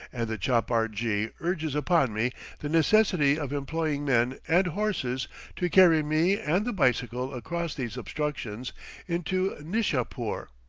and the chapar-jee urges upon me the necessity of employing men and horses to carry me and the bicycle across these obstructions into nishapoor.